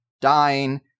dying